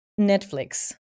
Netflix